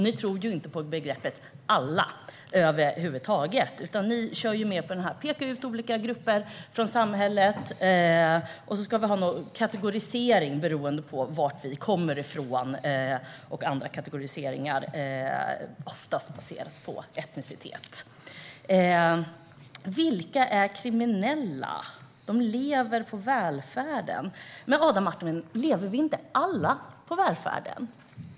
Ni tror ju inte på begreppet "alla", utan ni kör ju med att peka ut olika grupper i samhället och kategorisera människor beroende på var de kommer ifrån, och denna kategorisering är oftast baserad på etnicitet. Vilka är de kriminella som lever på välfärden? Men, Adam Marttinen, lever vi inte alla på välfärden?